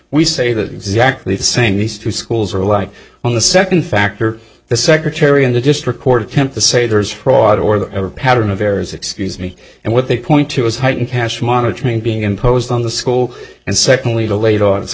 we say that exactly the same these two schools are alike on the second factor the secretary of the district court attempt to say there's fraud or the pattern of errors excuse me and what they point to is heightened cash monitoring being imposed on the school and secondly